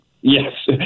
Yes